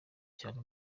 cyane